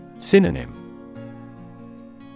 Synonym